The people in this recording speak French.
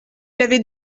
l’avez